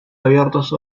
abiertos